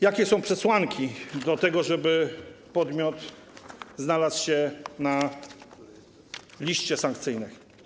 Jakie są przesłanki do tego, żeby podmiot znalazł się na liście sankcyjnej?